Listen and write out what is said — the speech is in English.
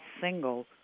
single